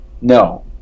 No